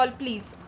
please